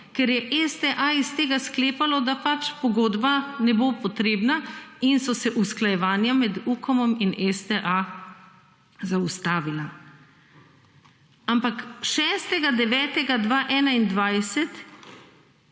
ker je STA iz tega sklepalo, da pač pogodba ne bo potrebna in so se usklajevanja med UKOM-om in STA zaustavila. Ampak 6.